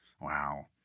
Wow